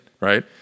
right